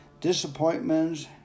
Disappointments